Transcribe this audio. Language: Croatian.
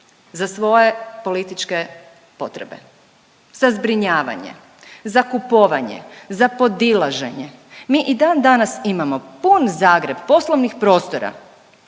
za svoje političke potrebe, za zbrinjavanje, za kupovanje, za podilaženje. Mi i dan danas imamo pun Zagreb poslovnih prostora